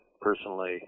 personally